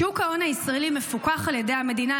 שוק ההון הישראלי מפוקח על ידי המדינה,